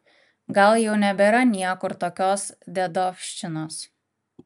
gal jau nebėra niekur tokios dedovščinos